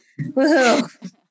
woohoo